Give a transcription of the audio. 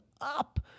up